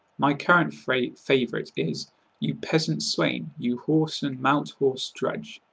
my current favourite favourite is you peasant swain! you whoreson malt-horse drudge!